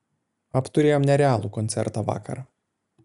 apturėjom nerealų koncertą vakar